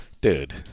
dude